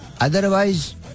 Otherwise